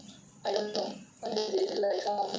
I don't know what is it is it like some